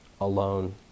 alone